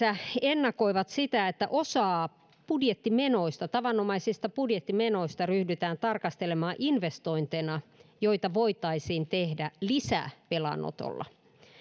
ennakoivat sitä että osaa budjettimenoista tavanomaisista budjettimenoista ryhdytään tarkastelemaan investointeina joita voitaisiin tehdä lisävelanotolla